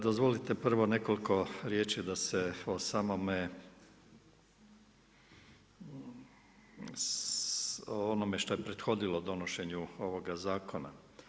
Dozvolite prvo nekoliko riječi da se o samome, onome što je prethodilo donošenju ovoga zakona.